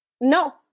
No